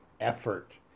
effort